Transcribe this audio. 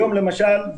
היום למשל,